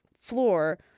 floor